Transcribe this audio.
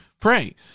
pray